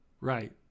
Right